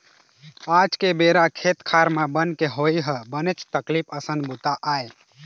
आज के बेरा खेत खार म बन के होवई ह बनेच तकलीफ असन बूता आय